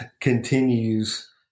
continues